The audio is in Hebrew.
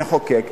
נחוקק,